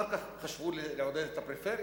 כך חשבו לעודד את הפריפריה,